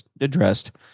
addressed